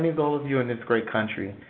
means all of you in this great country,